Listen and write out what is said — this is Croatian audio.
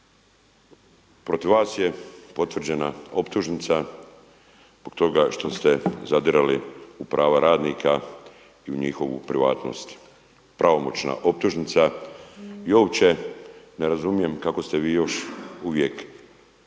protiv vas je potvrđena optužnica zbog toga što ste zadirali u prava radnika i u njihovu privatnost, pravomoćna optužnica i uopće ne razumijem kako ste vi još uvijek